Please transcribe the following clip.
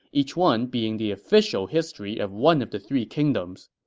each one being the official history of one of the three kingdoms.